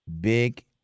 Big